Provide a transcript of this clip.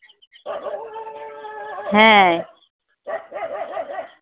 হ্যাঁ